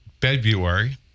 February